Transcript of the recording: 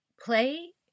play